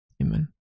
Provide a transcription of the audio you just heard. Amen